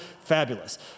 fabulous